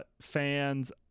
fans